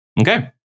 Okay